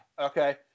okay